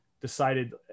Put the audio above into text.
decided